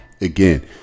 Again